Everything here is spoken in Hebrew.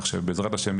כך שבעזרת השם,